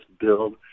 build